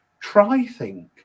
try-think